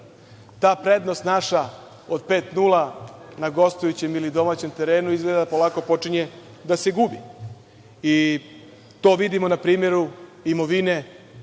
naša prednost od 5:0 na gostujućem ili domaćem terenu izgleda da polako počinje da se gubi. To vidimo na primeru imovine,